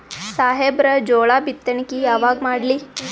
ಸಾಹೇಬರ ಜೋಳ ಬಿತ್ತಣಿಕಿ ಯಾವಾಗ ಮಾಡ್ಲಿ?